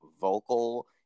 vocal